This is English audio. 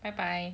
bye bye